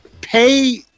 pay